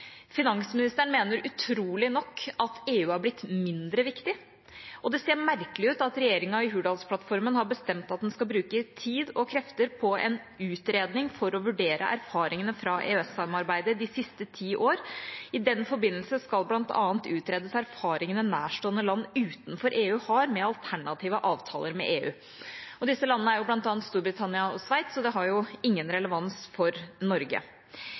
Finansministeren mener utrolig nok at EU har blitt mindre viktig, og det ser merkelig ut at regjeringa i Hurdalsplattformen har bestemt at en skal bruke tid og krefter på en utredning for å vurdere erfaringene fra EØS-samarbeidet de siste ti år. I den forbindelse skal bl.a. utredes erfaringene nærstående land utenfor EU har med alternative avtaler med EU. Disse landene er bl.a. Storbritannia og Sveits, og det har jo ingen relevans for Norge.